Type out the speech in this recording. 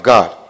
God